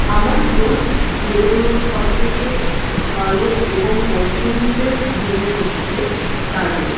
আমার রোজ বেরোনোর সব থেকে ভালো এবং পছন্দের জিনিস হচ্ছে কাজল